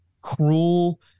cruel